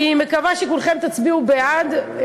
אני מקווה שכולכם תצביעו בעד.